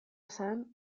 esan